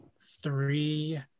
three